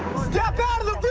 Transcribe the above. step out of the